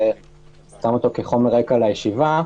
כחומר רקע לישיבה.